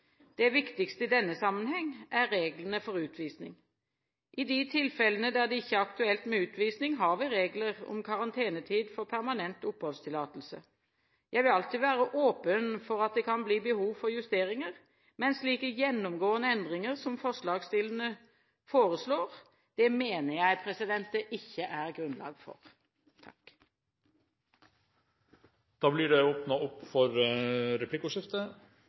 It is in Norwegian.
Det viktigste i denne sammenheng er reglene for utvisning. I de tilfellene der det ikke er aktuelt med utvisning, har vi regler om karantenetid for permanent oppholdstillatelse. Jeg vil alltid være åpen for at det kan bli behov for justeringer, men slike gjennomgående endringer som forslagsstillerne foreslår, mener jeg det ikke er grunnlag for. Det blir replikkordskifte.